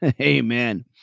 Amen